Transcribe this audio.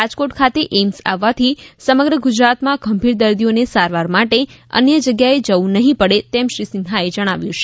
રાજકોટ ખાતે એઇમ્સ આવવાથી સમગ્ર ગુજરાતના ગંભીર દર્દીઓને સારવાર માટે અન્ય જગ્યાએ જવું નહીં પડે તેમ શ્રી સિંહાએ જણાવ્યું છે